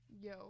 Yo